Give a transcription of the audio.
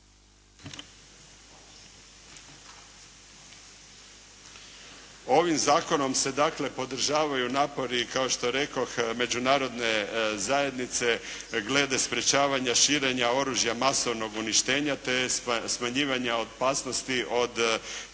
Ovim zakonom se dakle podržavaju napori kao što rekoh, Međunarodne zajednice glede sprječavanja širenja oružja masovnog uništenja te smanjivanja opasnosti od terorizma